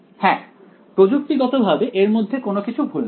হ্যাঁ প্রযুক্তিগতভাবে এর মধ্যে কোন কিছু ভুল নেই